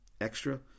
extra